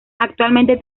actualmente